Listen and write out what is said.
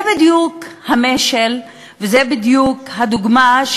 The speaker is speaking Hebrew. זה בדיוק המשל וזו בדיוק הדוגמה,